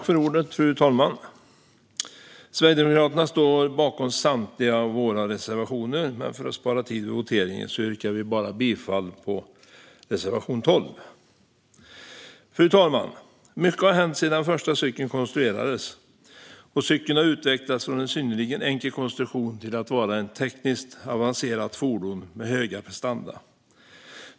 Fru talman! Vi i Sverigedemokraterna står bakom samtliga våra reservationer, men för att spara tid vid voteringen yrkar vi bifall endast till reservation 12. Fru talman! Mycket har hänt sedan den första cykeln konstruerades. Cykeln har utvecklats från en synnerligen enkel konstruktion till att vara ett tekniskt avancerat fordon med hög prestanda.